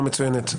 אחרת.